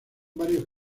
varios